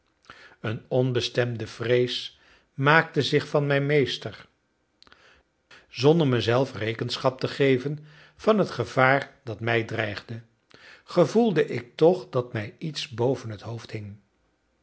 een onbestemde vrees maakte zich van mij meester zonder mezelf rekenschap te geven van het gevaar dat mij dreigde gevoelde ik toch dat mij iets boven het hoofd hing